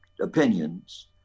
opinions